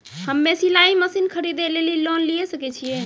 हम्मे सिलाई मसीन खरीदे लेली लोन लिये सकय छियै?